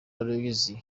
aloys